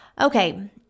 Okay